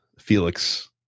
Felix